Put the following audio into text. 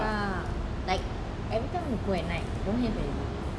ya like everytime you go at night don't have already